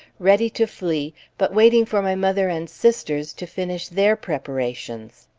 ready to flee but waiting for my mother and sisters to finish their preparations.